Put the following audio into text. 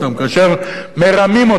כאשר מרמים אותם,